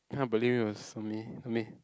can't believe you must